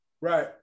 Right